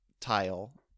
tile